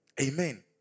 Amen